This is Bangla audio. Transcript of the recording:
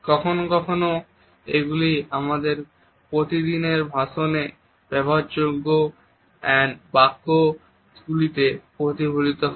কখনও কখনও এগুলি আমাদের প্রতিদিনের ভাষণে ব্যবহার্য বাক্যাংশগুলিতে প্রতিফলিত হয়